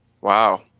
wow